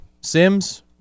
Sims